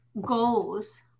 goals